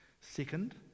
Second